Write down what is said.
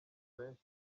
benshi